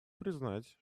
признать